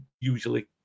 usually